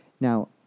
now